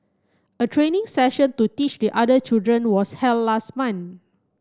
a training session to teach the other children was held last month